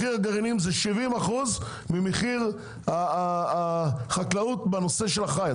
מחיר גרעינים זה 70% ממחיר החקלאות בנושא של החי.